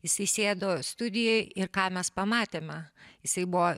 jisai sėdo studijoj ir ką mes pamatėme jisai buvo